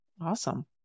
Awesome